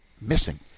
missing